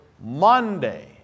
Monday